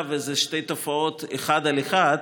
אם אלה שתי תופעות אחד על אחד,